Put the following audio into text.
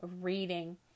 reading